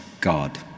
God